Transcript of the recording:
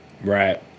Right